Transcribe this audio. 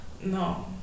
No